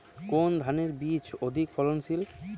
কোন ধানের বীজ অধিক ফলনশীল?